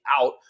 out